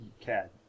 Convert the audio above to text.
Cad